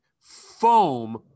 foam